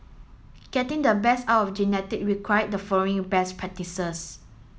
getting the best out of genetic require the following best practices